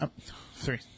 Three